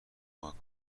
کمک